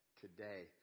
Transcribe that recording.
today